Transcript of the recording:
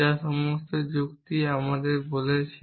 যা সমস্ত যুক্তিই আমাদের বলছে